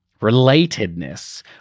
relatedness